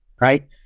right